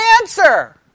answer